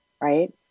right